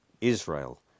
Israel